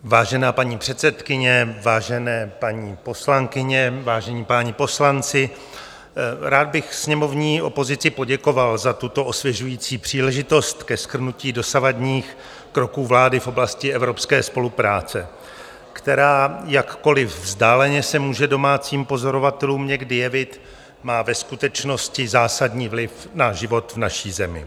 Vážená paní předsedkyně, vážené paní poslankyně, vážení páni poslanci, rád bych sněmovní opozici poděkoval za tuto osvěžující příležitost ke shrnutí dosavadních kroků vlády v oblasti evropské spolupráce, která, jakkoli vzdáleně se může domácím pozorovatelům někdy jevit, má ve skutečnosti zásadní vliv na život v naší zemi.